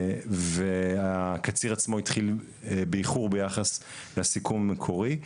והקציר עצמו התחיל באיחור ביחד לסיכום המקורי,